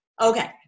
Okay